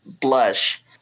blush